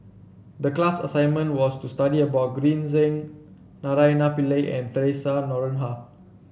the class assignment was to study about Green Zeng Naraina Pillai and Theresa Noronha